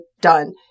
done